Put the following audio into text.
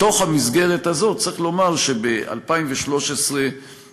בתוך המסגרת הזו צריך לומר שב-2013 ראינו,